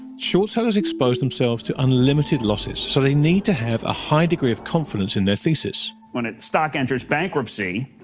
short sellers expose themselves to unlimited losses, so they need to have a high degree of confidence in their thesis. when a stock enters bankruptcy,